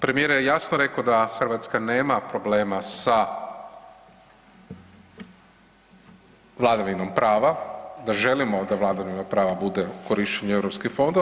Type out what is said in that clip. Premijer je jasno rekao da Hrvatska nema problema sa vladavinom prava, da želimo da vladavina prava bude u korištenju europskih fondova.